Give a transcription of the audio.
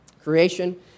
creation